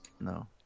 No